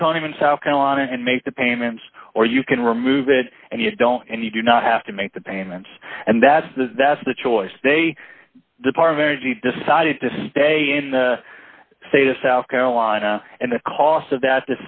autonomy in south carolina and make the payments or you can remove it and you don't and you do not have to make the payments and that's the that's the choice they depart very edgy decided to stay in the state of south carolina and the cost of that